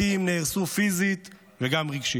בתים נהרסו פיזית, וגם רגשית.